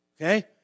Okay